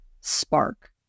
spark